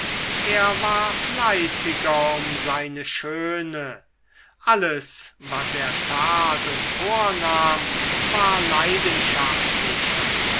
er war fleißiger um seine schöne alles was er tat und vornahm war leidenschaftlicher